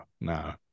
no